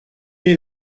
est